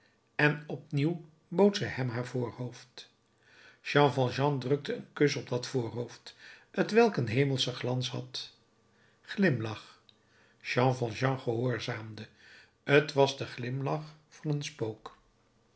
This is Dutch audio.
en opnieuw bood zij hem haar voorhoofd jean valjean drukte een kus op dat voorhoofd t welk een hemelschen glans had glimlach jean valjean gehoorzaamde t was de glimlach van een spook